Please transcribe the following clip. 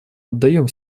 отдаем